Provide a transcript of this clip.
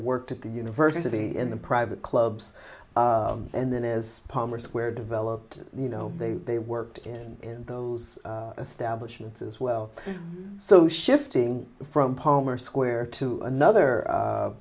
worked at the university in the private clubs and then is palmer square developed you know they they worked in those establishment as well so shifting from palmer square to another